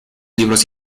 libros